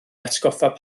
atgoffa